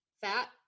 fat